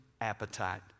appetite